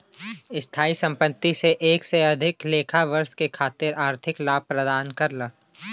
स्थायी संपत्ति से एक से अधिक लेखा वर्ष के खातिर आर्थिक लाभ प्रदान करला